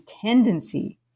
tendency